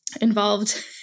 involved